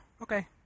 okay